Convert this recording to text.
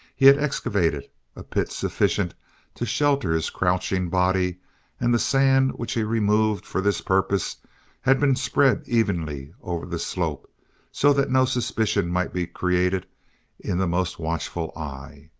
he had excavated a pit sufficient to shelter his crouching body and the sand which he removed for this purpose had been spread evenly over the slope so that no suspicion might be created in the most watchful eye.